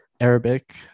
arabic